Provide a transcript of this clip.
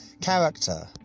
character